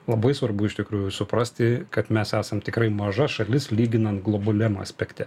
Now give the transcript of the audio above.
labai svarbu iš tikrųjų suprasti kad mes esam tikrai maža šalis lyginant globaliam aspekte